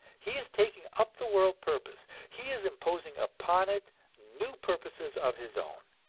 he is taking up the world purpose, he is imposing upon it new purposes of his own,